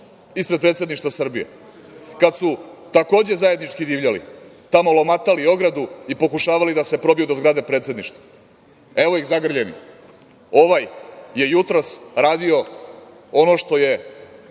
ispred Predsedništva Srbije, kada su takođe zajednički divljali, tamo lomatali ogradu i pokušavali da se probiju do zgrade Predsedništva, evo ih zagrljeni. Ovaj, je jutros radio ono što je